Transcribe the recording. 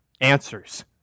answers